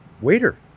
waiter